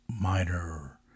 minor